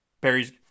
Barry's